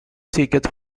ticket